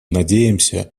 надеемся